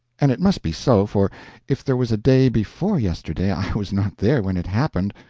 and it must be so, for if there was a day-before-yesterday i was not there when it happened,